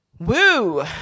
Woo